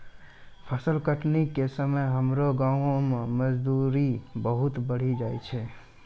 फसल कटनी के समय हमरो गांव मॅ मजदूरी बहुत बढ़ी जाय छै